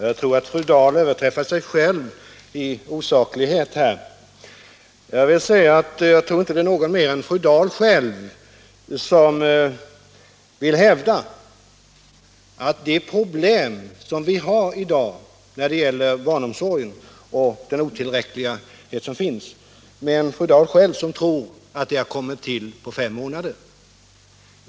Herr talman! Fru Dahl överträffar sig själv i osaklighet. Jag tror inte att någon mer än fru Dahl själv vill hävda att de problem och brister som vi har i dag när det gäller barnomsorgen har kommit till på fem " månader.